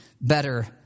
better